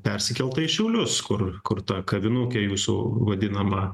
persikelta į šiaulius kur kur ta kavinukė jūsų vadinama